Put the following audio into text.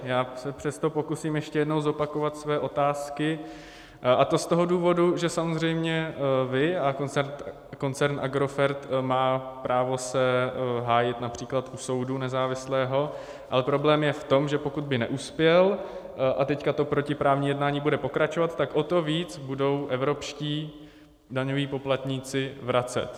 Já se přesto pokusím ještě jednou zopakovat své otázky, a to z toho důvodu, že samozřejmě vy a koncern Agrofert má právo se hájit například u soudu, nezávislého, ale problém je v tom, že pokud by neuspěl a teďka to protiprávní jednání bude pokračovat, tak o to víc budou evropští daňoví poplatníci vracet.